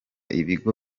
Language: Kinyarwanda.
ibigo